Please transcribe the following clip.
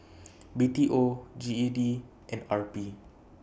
B T O G E D and R P